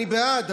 אני בעד,